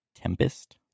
Tempest